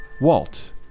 Walt